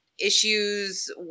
issues